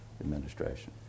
administration